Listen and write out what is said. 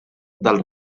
del